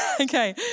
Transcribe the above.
Okay